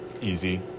easy